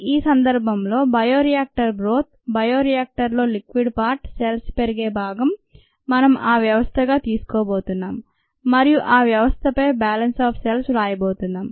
ఈ సందర్భంలో bio reactor broth bio reactor లో లిక్విడ్ పార్ట్ సెల్స్ పెరిగే భాగం మనం ఆ వ్యవస్థగా తీసుకోబోతున్నాం మరియు ఆ వ్యవస్థపై బ్యాలన్స్ ఆన్ సెల్స్ వ్రాయబోతున్నాము